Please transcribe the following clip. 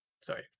Sorry